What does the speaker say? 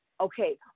Okay